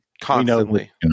constantly